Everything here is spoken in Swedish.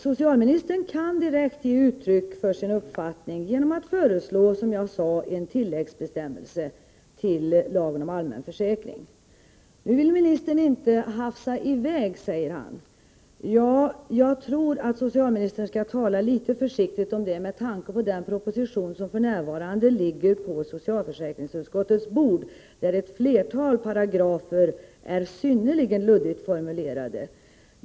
Socialministern kan direkt ge uttryck för sin uppfattning genom att, som jag sade tidigare, föreslå en tilläggsbestämmelse till lagen om allmän försäkring. Nu vill socialministern inte ”hafsa i väg”, säger han. Jag tror att socialministern skall uttala sig litet försiktigt i det avseendet med tanke på den proposition som f.n. ligger på socialförsäkringsutskottets bord och i vilken ett flertal paragrafer är synnerligen luddigt formulerade.